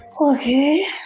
Okay